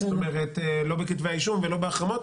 זאת אומרת לא בכתבי האישום ולא בהחרמות,